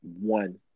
one